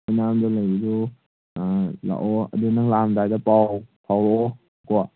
ꯑꯣꯏꯅꯥꯝꯗ ꯂꯩꯕꯗꯣ ꯂꯥꯛꯑꯣ ꯑꯗꯣ ꯅꯪ ꯂꯥꯛꯑꯝꯗꯥꯏꯗ ꯄꯥꯎ ꯐꯥꯎꯔꯛꯑꯣꯀꯣ